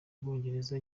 bwongereza